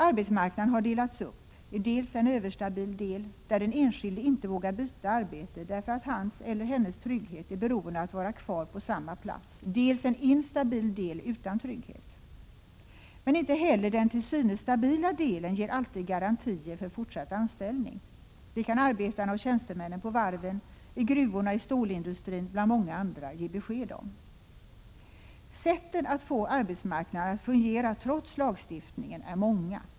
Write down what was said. Arbetsmarknaden har delats upp i dels en överstabil del, där den enskilde inte vågar byta arbete därför att tryggheten är beroende av att han eller hon är kvar på samma plats, dels en instabil del utan trygghet. Men inte heller den till synes stabila delen ger alltid garantier för fortsatt anställning. Det kan arbetarna och tjänstemännen på varven, i gruvorna och i stålindustrin bland många andra ge besked om. Sättet att få arbetsmarknaden att fungera trots lagstiftningen är många.